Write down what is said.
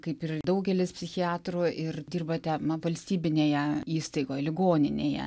kaip ir daugelis psichiatrų ir dirbate valstybinėje įstaigoj ligoninėje